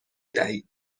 دهید